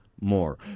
more